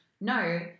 no